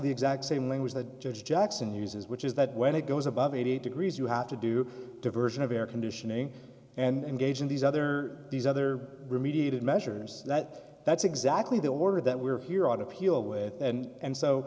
the exact same language that judge jackson uses which is that when it goes above eighty degrees you have to do diversion of air conditioning and engage in these other these other remediated measures that that's exactly the order that we're here on appeal with and